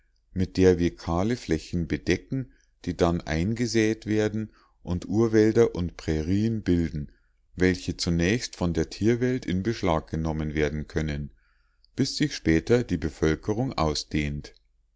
mit der wir kahle flächen bedecken die dann eingesät werden und urwälder und prärien bilden welche zunächst von der tierwelt in beschlag genommen werden können bis sich später die bevölkerung ausdehnt